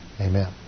Amen